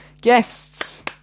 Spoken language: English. Guests